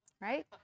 Right